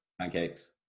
Pancakes